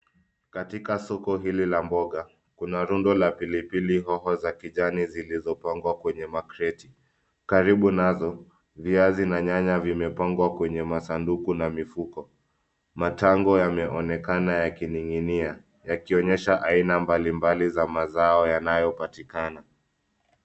Katika soko hili la mboga kuna rundo la pilipilihoho za kijani zilizopangwa kwenye makreti. Karibu nazo viazi na nyanya zimepangwa kwenye masunduku na mifuko. Matango yameonekana yakining'inia yakionyesha aina mbalimbali za mazao yanayopatikana.